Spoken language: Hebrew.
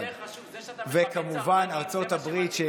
לא, יותר חשוב זה שאתה מחבק סרבנים.